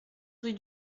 rue